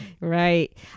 Right